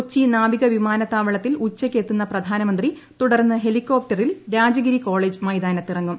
കൊച്ചി നാവിക വിമാനത്താവളത്തിൽ ഉച്ചക്ക് എത്തുന്ന പ്രധാനമന്ത്രി തുടർന്ന് ഹെലികോപ്റ്ററിൽ രാജഗിരി കോളേജ് മൈതാനത്തിറങ്ങും